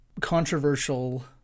controversial